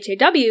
HAW